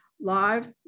live